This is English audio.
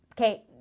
Okay